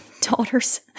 daughter's